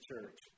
church